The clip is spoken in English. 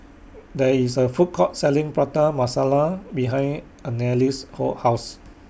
There IS A Food Court Selling Prata Masala behind Anneliese's Ho House